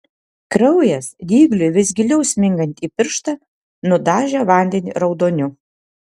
kraujas dygliui vis giliau smingant į pirštą nudažė vandenį raudoniu